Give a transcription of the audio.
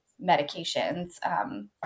medications